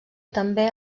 també